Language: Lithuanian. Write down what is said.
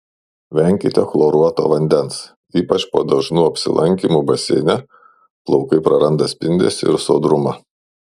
venkite chloruoto vandens ypač po dažnų apsilankymų baseine plaukai praranda spindesį ir sodrumą